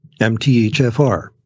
MTHFR